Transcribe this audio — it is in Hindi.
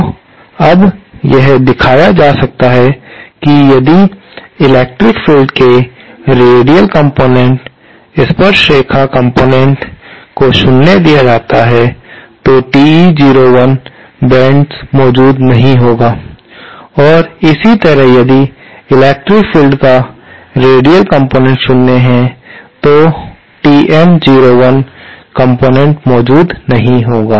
तो अब यह दिखाया जा सकता है कि यदि इलेक्ट्रिक फील्ड के रेडियल कॉम्पोनेन्ट स्पर्शरेखा कॉम्पोनेन्ट को शून्य किया जाता है तो TE01 बेंड्स मौजूद नहीं रहेगा और इसी तरह यदि इलेक्ट्रिक फील्ड का रेडियल कॉम्पोनेन्ट शून्य है तो TM01 कॉम्पोनेन्ट मौजूद नहीं रहेगा